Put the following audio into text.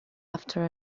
after